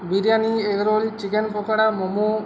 biryani egg roll chicken pakora momo